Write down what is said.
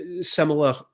similar